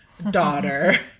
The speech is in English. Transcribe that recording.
daughter